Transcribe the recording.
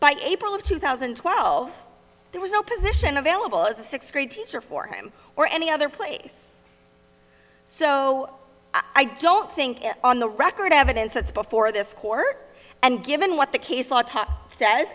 by april of two thousand and twelve there was no position available as a sixth grade teacher for him or any other place so i don't think on the record evidence that's before this court and given what the case law